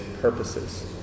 purposes